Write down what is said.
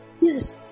Yes